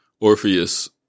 Orpheus